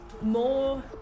more